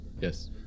Yes